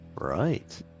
right